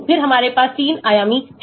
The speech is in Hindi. फिर हमारे पास 3 आयामी हैं